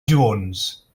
jones